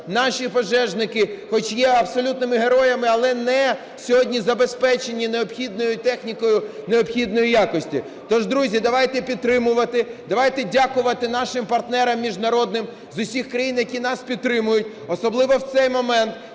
наші пожежники, хоч є абсолютними героями, але не забезпечені сьогодні необхідною технікою, необхідної якості… Тож, друзі, давайте підтримувати, давайте дякувати нашим партнерам міжнародним з усіх країн, які нас підтримують, особливо в цей момент,